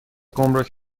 گمرگ